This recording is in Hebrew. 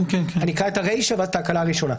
אני אקרא את הרישה ואז את ההקלה הראשונה.